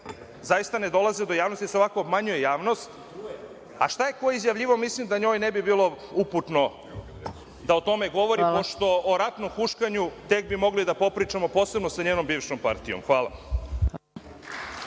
zaista ne dolaze do javnosti, jer se ovako obmanjuje javnost. Šta je ko izjavljivao mislim da njoj ne bi bilo uputno da o tome govori, pošto o ratnom huškanju tek bi mogli da popričamo, posebno sa njenom bivšom partijom. Hvala.